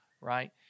right